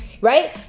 right